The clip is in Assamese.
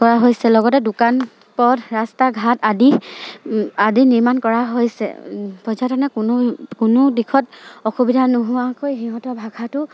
কৰা হৈছে লগতে দোকান পথ ৰাস্তা ঘাট আদি নিৰ্মাণ কৰা হৈছে পৰ্যটকে কোনো দিশত অসুবিধা নোহোৱাকৈ সিহঁতৰ ভাষাটো